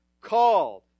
called